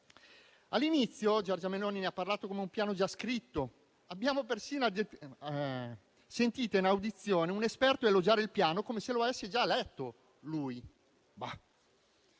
All'inizio Giorgia Meloni ne ha parlato come un Piano già scritto, abbiamo persino sentito in audizione un esperto elogiare il Piano come se lo avesse già letto, lui.